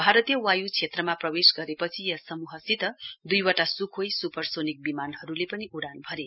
भारतीय वायु क्षेत्रमा प्रवेश गरेपछि यस समूहसित दुईवटा सुखोई सुपरसोनिक विमानहरुले पनि उड़ान भरे